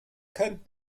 könnt